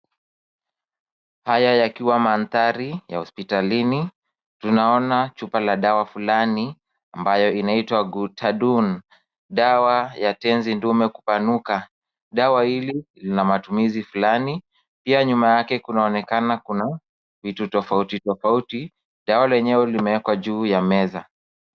Haya yakiwa manthari ya hospitalini. Tunaona chupa ya dawa fulani ambayo inaitwa ghudatum, dawa ya tenzi ndume kupanuka. Dawa hili lina matumizi fulani, pia nyuma yake kunaonekana kuna vitu tofauti tofauti. Dawa lenyewe limeekwa juu ya meza.